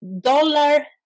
Dollar